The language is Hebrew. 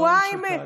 שבועיים של תהליך.